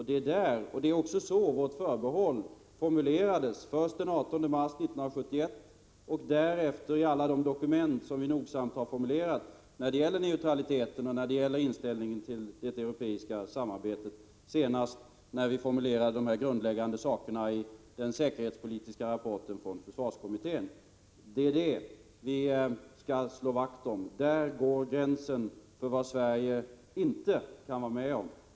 Det är också så vårt förbehåll formulerades först den 18 mars 1971 och därefter i alla de dokument som vi nogsamt har formulerat när det gäller neutraliteten och inställningen till det europeiska samarbetet — senast när vi formulerade de här grundläggande satserna i den säkerhetspolitiska rapporten från försvarskommittén. Det är det vi skall slå vakt om. Där går gränsen för vad Sverige kan vara med om.